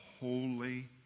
holy